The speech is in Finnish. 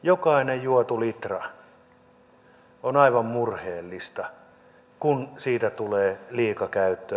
jokainen juotu litra on aivan murheellista kun siitä tulee liikakäyttöä